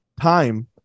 time